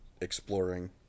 exploring